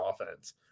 offense